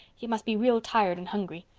you must be real tired and hungry.